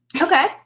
Okay